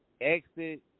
exit